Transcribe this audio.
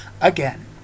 Again